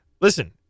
listen